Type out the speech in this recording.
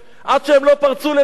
עד שהם לא פרצו לבנקים,